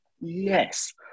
Yes